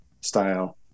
style